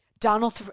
Donald